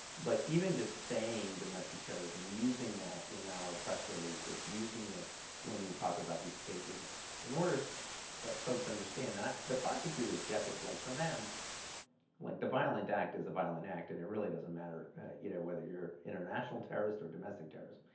but even just saying domestic terrorism using that in our press releases, using it when we talk about these cases in order that folks understand that the prosecutors get this like for them like the violent act is a violent act, and it really doesn't matter you know whether you're international terrorist, or domestic terrorism,